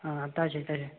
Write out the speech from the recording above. ꯇꯥꯖꯩ ꯇꯥꯖꯩ